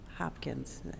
Hopkins